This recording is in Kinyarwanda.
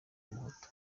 umuhutu